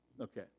Okay